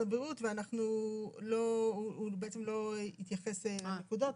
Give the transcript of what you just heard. הבריאות והוא בעצם לא התייחס לנקודות.